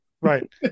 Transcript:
Right